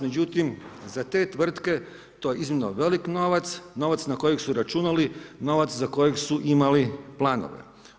Međutim, za te tvrtke, to je iznimno velik novac, novac na kojeg su računali, novac na za kojeg su imali planove.